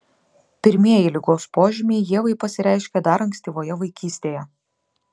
pirmieji ligos požymiai ievai pasireiškė dar ankstyvoje vaikystėje